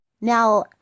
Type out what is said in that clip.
Now